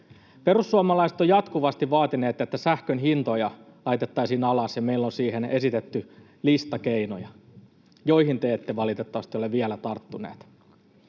Perussuomalaiset ovat jatkuvasti vaatineet, että sähkön hintoja laitettaisiin alas, ja meillä on siihen esitetty lista keinoja, joihin te ette valitettavasti ole vielä tarttuneet.